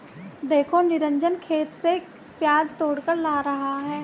देखो निरंजन खेत से प्याज तोड़कर ला रहा है